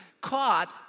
Caught